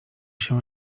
się